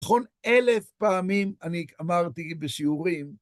נכון אלף פעמים אני אמרתי בשיעורים,